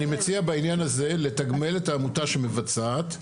מציע בעניין הזה לתגמל את העמותה שמבצעת,